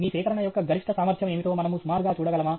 మీ సేకరణ యొక్క గరిష్ట సామర్థ్యం ఏమిటో మనము సుమారుగా చూడగలమా